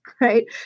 right